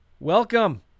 Welcome